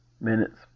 minutes